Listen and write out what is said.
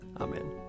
Amen